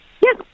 Yes